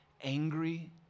angry